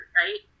right